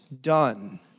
done